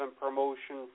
promotion